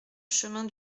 chemin